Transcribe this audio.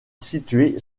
située